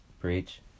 Breach